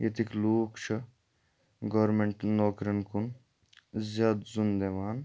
ییٚتِکۍ لوٗکھ چھِ گورمنٹَن نوکریَن کُن زیادٕ زوٚن دِوان